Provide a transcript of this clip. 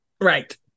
Right